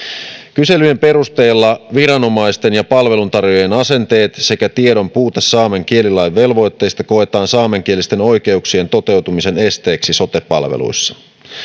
kyselyjen perusteella viranomaisten ja palveluntarjoajien asenteet sekä tiedon puute saamen kielilain velvoitteista koetaan saamenkielisten oikeuksien toteutumisen esteeksi sote palveluissa